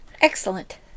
Excellent